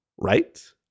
right